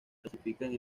clasifican